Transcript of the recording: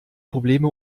probleme